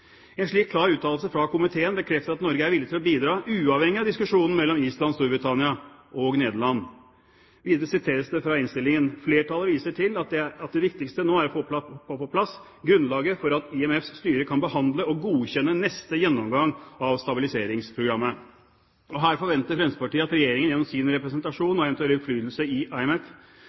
En slik klar uttalelse fra komiteen bekrefter at Norge er villig til å bidra – uavhengig av diskusjonen mellom Island, Storbritannia og Nederland. Videre siteres fra innstillingen: «Flertallet viser til at det viktigste nå er å få på plass grunnlaget for at IMFs styre kan behandle og godkjenne neste gjennomgang av stabiliseringsprogrammet.» Her forventer Fremskrittspartiet at Regjeringen, gjennom sin representasjon og eventuelle innflytelse i